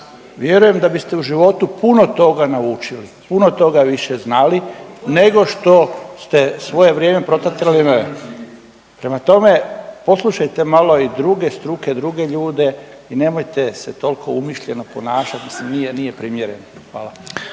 vjerujem da biste u životu puno toga naučili, puno toga više znali nego što ste svoje vrijeme potratili …/Govornik se ne razumije./… Prema tome, poslušajte malo i druge struke, druge ljude i nemojte se toliko umišljeno ponašati. Mislim nije primjereno. Hvala.